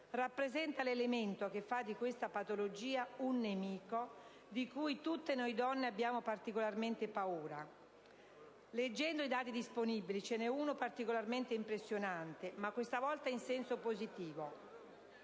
rappresenta l'elemento che fa di questa patologia un nemico di cui tutte noi donne abbiamo particolarmente paura. Leggendo i dati disponibili, ce n'è uno particolarmente impressionante, ma questa volta in senso positivo.